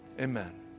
Amen